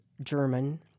German